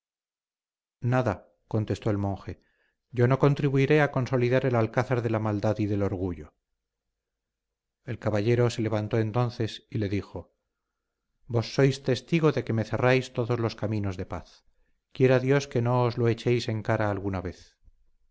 nada contestó el monje yo no contribuiré a consolidar el alcázar de la maldad y del orgullo el caballero se levantó entonces y le dijo vos sois testigo de que me cerráis todos los caminos de paz quiera dios que no os lo echéis en cara alguna vez